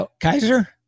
Kaiser